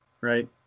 Right